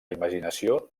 imaginació